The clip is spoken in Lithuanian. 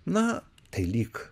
na tai lyg